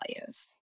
values